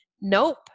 Nope